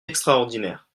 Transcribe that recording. extraordinaire